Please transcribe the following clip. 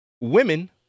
Women